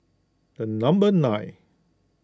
the number nine